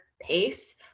pace